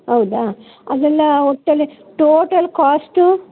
ಹೌದಾ ಅದೆಲ್ಲ ಒಟ್ಟಲ್ಲಿ ಟೋಟಲ್ ಕಾಸ್ಟು